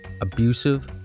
abusive